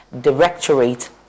directorate